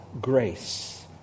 grace